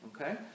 Okay